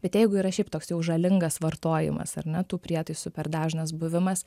bet jeigu yra šiaip toks jau žalingas vartojimas ar ne tų prietaisų per dažnas buvimas